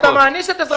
אפשר לעשות דבר כזה?